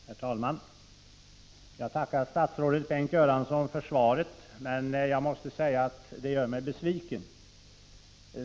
Herr talman! Jag tackar statsrådet Bengt Göransson för svaret, men det gör mig besviken.